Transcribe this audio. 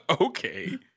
Okay